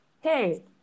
hey